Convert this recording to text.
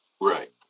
Right